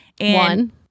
One